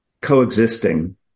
coexisting